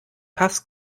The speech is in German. pass